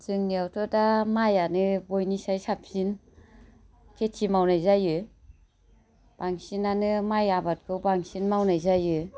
जोंनियावथ' दा माइआनो बयनिसाय साबसिन खेथि मावनाय जायो बांसिनानो माइ आबादखौ बांसिन मावनाय जायो